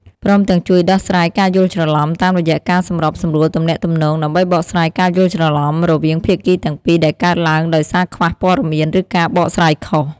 ព្រមទាំងជួយដោះស្រាយការយល់ច្រឡំ តាមរយះការសម្របសម្រួលទំនាក់ទំនង ដើម្បីបកស្រាយការយល់ច្រឡំរវាងភាគីទាំងពីរដែលកើតឡើងដោយសារខ្វះព័ត៌មាន ឬការបកស្រាយខុស។